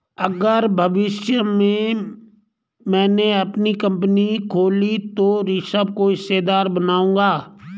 अगर भविष्य में मैने अपनी कंपनी खोली तो ऋषभ को हिस्सेदार बनाऊंगा